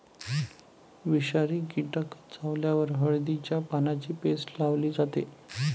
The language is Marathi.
विषारी कीटक चावल्यावर हळदीच्या पानांची पेस्ट लावली जाते